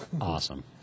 Awesome